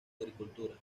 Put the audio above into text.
agricultura